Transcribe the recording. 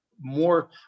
more –